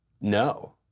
No